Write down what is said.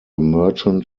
merchant